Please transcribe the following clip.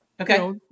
Okay